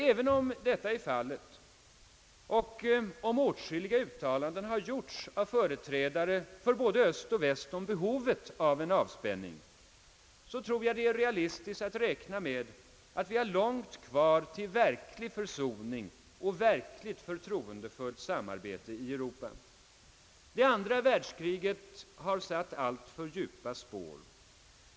Även om detta är fallet och om åtskilliga uttalanden har gjorts av företrädare för både öst och väst om behovet av en avspänning, tror jag det är realistiskt att räkna med att vi har långt kvar till verklig försoning och verkligt förtroendefullt samarbete i Europa. Det andra världskriget har satt alltför djupa spår.